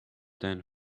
ten